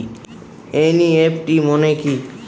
NEFT মনে কি?